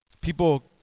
People